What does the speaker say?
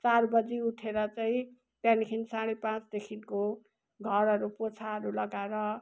चार बजी उठेर चाहिँ त्यहाँदेखि साढे पाँचदेखिको घरहरू पोछाहरू लगाएर